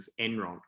Enron